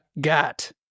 got